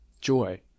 joy